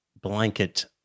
blanket